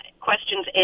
questions